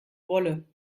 wolle